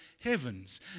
heavens